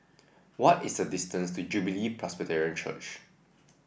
what is the distance to Jubilee Presbyterian Church